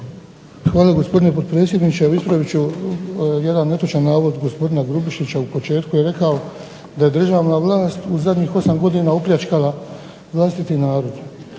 gospodine potpredsjedniče, evo ispravit ću jedan netočan navod gospodina Grubišića. U početku je rekao da je državna vlast u zadnjih 8 godina opljačkala vlastiti narod.